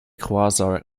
croiseurs